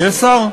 יש שר.